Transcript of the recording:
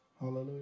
Hallelujah